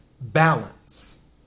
Balance